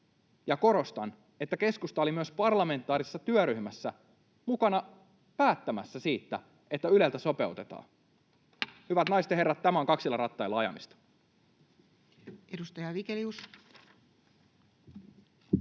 Ja korostan, että keskusta oli myös parlamentaarisessa työryhmässä mukana päättämässä siitä, että Yleltä sopeutetaan. Hyvät naiset ja herrat, tämä on kaksilla rattailla ajamista. [Speech